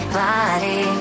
body